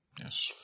Yes